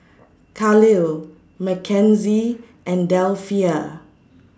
Kahlil Mackenzie and Delphia